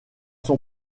son